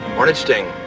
hornet sting